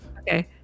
Okay